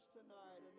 tonight